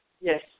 Yes